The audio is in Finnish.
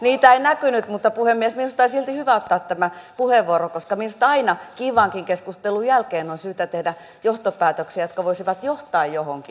niitä ei näkynyt mutta puhemies minusta on silti hyvä ottaa tämä puheenvuoro koska minusta aina kiivaankin keskustelun jälkeen on syytä tehdä johtopäätöksiä jotka voisivat johtaa johonkin